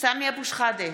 סמי אבו שחאדה,